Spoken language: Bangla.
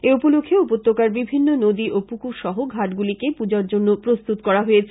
এ উপলক্ষ্যে উপত্যকার বিভিন্ন নদী ও পুকুর সহ ঘাটগুলিকে পুজার জন্য প্রস্তুত করা হয়েছে